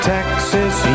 Texas